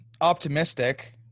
optimistic